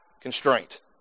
constraint